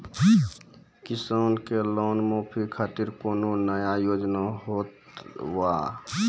किसान के लोन माफी खातिर कोनो नया योजना होत हाव?